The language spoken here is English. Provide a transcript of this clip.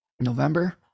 November